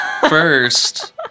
first